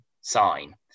sign